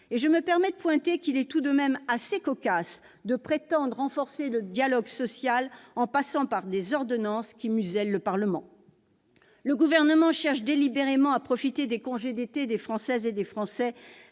Je me permettrai de pointer qu'il est tout de même assez cocasse de prétendre renforcer le dialogue social en passant par des ordonnances qui musèlent le Parlement. Très bien ! Le Gouvernement cherche délibérément à profiter des congés d'été des Françaises et des Français-